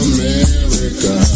America